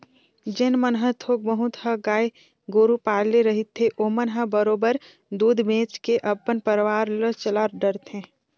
जेन मन ह थोक बहुत ह गाय गोरु पाले रहिथे ओमन ह बरोबर दूद बेंच के अपन परवार ल चला डरथे